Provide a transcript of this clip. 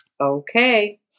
okay